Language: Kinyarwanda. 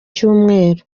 cyumweru